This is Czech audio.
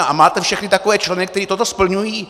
A máte všechny takové členy, kteří toto splňují?